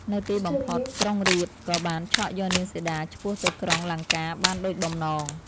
នៅទីបំផុតក្រុងរាពណ៍ ក៏បានឆក់យកនាងសីតាឆ្ពោះទៅក្រុង លង្កាបានដូចបំណង។